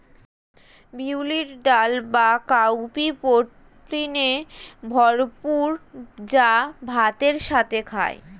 বিউলির ডাল বা কাউপি প্রোটিনে ভরপুর যা ভাতের সাথে খায়